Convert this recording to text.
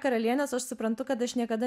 karalienes aš suprantu kad aš niekada